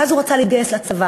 ואז הוא רצה להתגייס לצבא